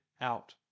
out